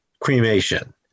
cremation